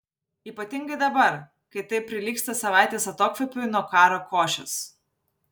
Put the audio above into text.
ypatingai dabar kai tai prilygsta savaitės atokvėpiui nuo karo košės